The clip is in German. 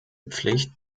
pflicht